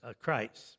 Christ